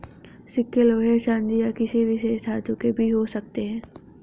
सिक्के लोहे चांदी या किसी विशेष धातु के भी हो सकते हैं